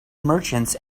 merchants